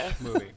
movie